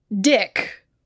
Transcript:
Dick